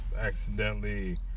accidentally